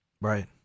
Right